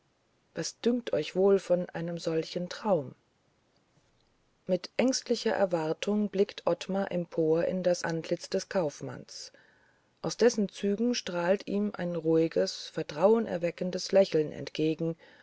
was dünkt euch wohl von einem solchen traum mit ängstlicher erwartung blickt ottmar empor in das antlitz des kaufmanns aus dessen zügen strahlt ihm ein ruhiges vertrauenerweckendes lächeln entgegen